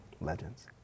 Legends